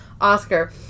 Oscar